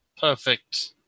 Perfect